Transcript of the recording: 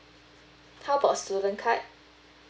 how about student card